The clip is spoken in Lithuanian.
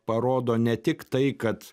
parodo ne tik tai kad